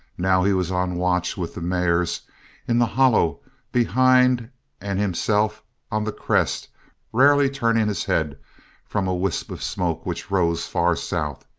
now he was on watch with the mares in the hollow behind and himself on the crest rarely turning his head from a wisp of smoke which rose far south.